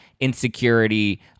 insecurity